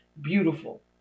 beautiful